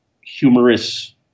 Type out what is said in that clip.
humorous